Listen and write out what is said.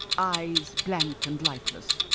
eyes blank and lifeless,